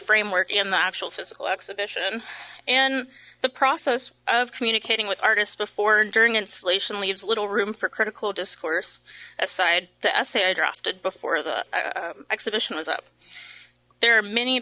framework in the actual physical exhibition and the process of communicating with artists before during installation leaves little room for critical discourse aside the essay i drafted before the exhibition was up there are many